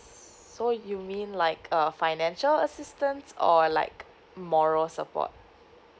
so you mean like a financial assistance or like moral support